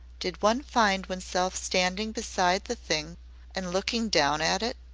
did one find oneself standing beside the thing and looking down at it?